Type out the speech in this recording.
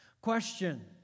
Question